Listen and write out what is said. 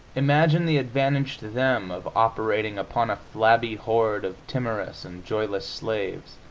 imagine the advantage to them of operating upon a flabby horde of timorous and joyless slaves,